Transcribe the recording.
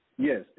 Yes